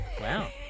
Wow